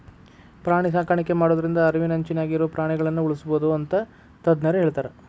ಪ್ರಾಣಿ ಸಾಕಾಣಿಕೆ ಮಾಡೋದ್ರಿಂದ ಅಳಿವಿನಂಚಿನ್ಯಾಗ ಇರೋ ಪ್ರಾಣಿಗಳನ್ನ ಉಳ್ಸ್ಬೋದು ಅಂತ ತಜ್ಞರ ಹೇಳ್ತಾರ